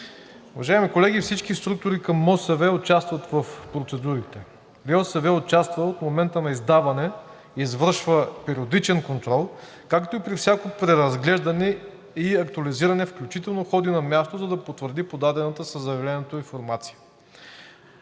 Уважаеми колеги, всички структури към МОСВ участват в процедурите. РИОСВ участва в момента на издаване, извършва периодичен контрол, както и при всяко преразглеждане и актуализиране, включително ходи на място, за да потвърди подадената със заявлението информация.